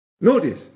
Notice